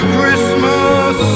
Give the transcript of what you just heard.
Christmas